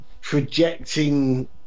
projecting